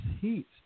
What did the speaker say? heat